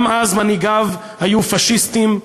גם אז מנהיגיו היו "פאשיסטים",